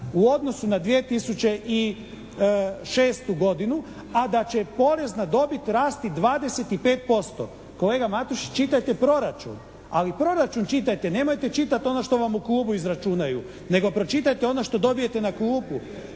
u odnosu na 2006. godinu, a da će porez na dobit rasti 25%. Kolega Matušić čitajte proračun. Ali proračun čitajte, nemojte čitati ono što vam u klubu izračunaju nego pročitajte ono što dobijete na klupu